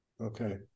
okay